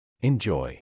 Enjoy